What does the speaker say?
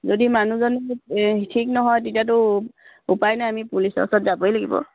যদি মানুহজনে ঠিক নহয় তেতিয়াতো উপায় নাই আমি পুলিচৰ ওচৰত যাবই লাগিব